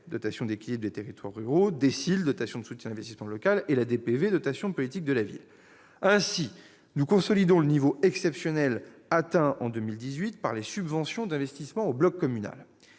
dotation d'équipement des territoires ruraux, DSIL, dotation de soutien à l'investissement local, et DPV, dotation politique de la ville. Ainsi, nous consolidons le niveau exceptionnel atteint en 2018 par les subventions d'investissement au bloc communal.